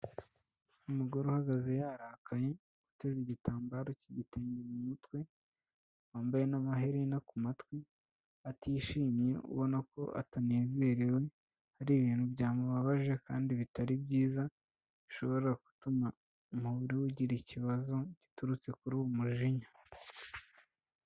Umugore uhagaze yarakaye, witeze igitambaro cy'igitenge mu mutwe, wambaye n'amaherena ku matwi, atishimye ubona ko atanezerewe, hari ibintu byamubabaje kandi bitari byiza, bishobora gutuma umubiri we ugira ikibazo giturutse kuri uwo mujinya.